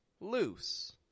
loose